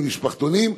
למשפחתונים.